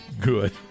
good